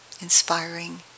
inspiring